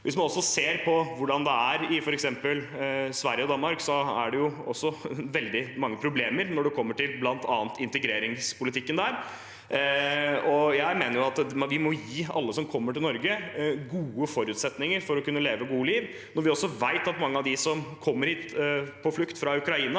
Hvis man ser på hvordan det er i f.eks. Sverige og Danmark, er det jo også veldig mange problemer der når det gjelder bl.a. integreringspolitikken. Jeg mener at vi må gi alle som kommer til Norge, gode forutsetninger for å kunne leve et godt liv. Når vi også vet at mange av dem som kommer hit på flukt fra Ukraina,